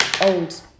old